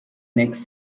next